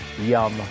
Yum